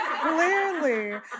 clearly